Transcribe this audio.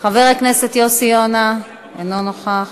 חבר הכנסת יוסי יונה, אינו נוכח,